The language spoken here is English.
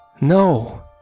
No